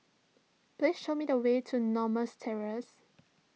please show me the way to Normas Terrace